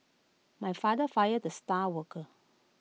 my father fired the star worker